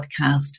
podcast